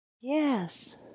Yes